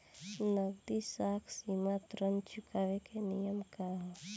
नगदी साख सीमा ऋण चुकावे के नियम का ह?